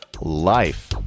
Life